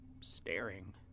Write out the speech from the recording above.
...staring